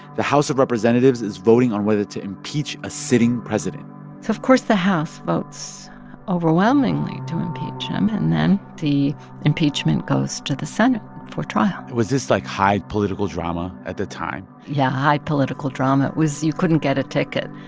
the house of representatives is voting on whether to impeach a sitting president so of course the house votes overwhelmingly to impeach him, and then the impeachment goes to the senate for trial was this, like, high political drama at the time? yeah, high political drama it was you couldn't get a ticket.